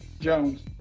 Jones